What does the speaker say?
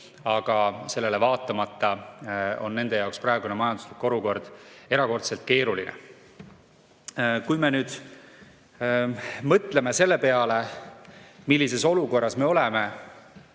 aga sellele vaatamata on nende jaoks praegune majanduslik olukord erakordselt keeruline. Kui me nüüd mõtleme selle peale, millises olukorras me oleme